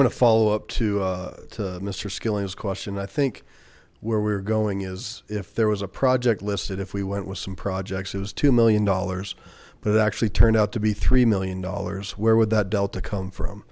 going to follow up to mister skilling's question i think where we were going is if there was a project listed if we went with some projects it was two million dollars but it actually turned out to be three million dollars where would that delta come from